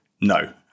no